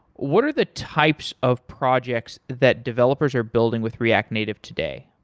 what are the types of projects that developers are building with react native today?